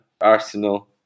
Arsenal